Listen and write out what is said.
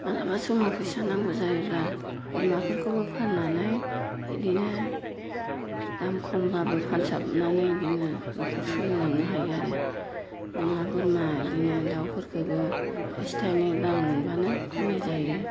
माब्लाबा समाव फैसा नांगौ जायोब्ला बोरमाफोरखौबो फाननानै बिदिनो दाम खमब्लाबो फानसाबनानै बिदिनो न'खर सोलिलांनो हायो आरो अमा बोरमा बिदिनो दाउफोरखोबो थाइसे थाइनै रां मोनबानो फाननाय जायो